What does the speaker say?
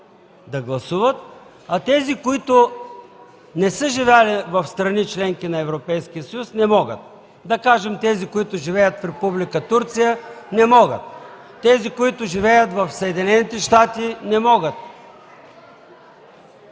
да гласуват, а тези, които не са живели в страни – членки на Европейския съюз, не могат, да кажем, тези, които живеят в Република Турция, не могат? Тези, които живеят в Съединените щати, не могат,